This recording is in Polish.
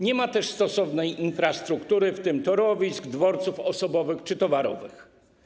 Nie ma też stosownej infrastruktury, w tym torowisk, dworców osobowych czy towarowych.